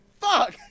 Fuck